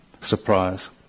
Surprise